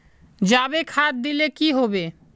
जाबे खाद दिले की होबे?